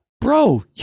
bro